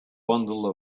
bundle